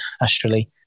astrally